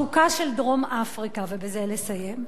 ובזה לסיים,